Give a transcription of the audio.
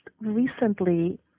Recently